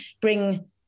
bring